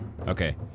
Okay